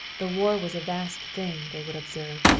the war was a vast thing, they would observe.